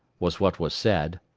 was what was said.